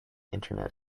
internet